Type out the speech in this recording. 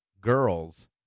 girls